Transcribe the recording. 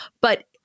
But-